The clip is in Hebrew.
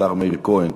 השר מאיר כהן.